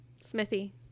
Smithy